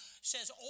says